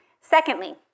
Secondly